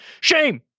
shame